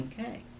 Okay